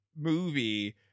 movie